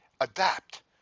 Adapt